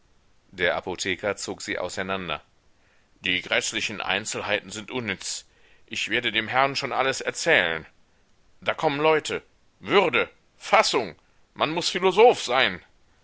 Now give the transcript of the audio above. der apotheker zog sie auseinander die gräßlichen einzelheiten sind unnütz ich werde dem herrn schon alles erzählen da kommen leute würde fassung man muß philosoph sein